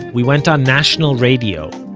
we went on national radio,